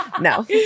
No